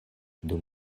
dum